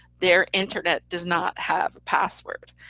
their internet does not have a password